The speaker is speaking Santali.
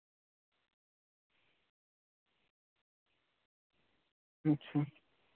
ᱟᱪᱪᱷᱟ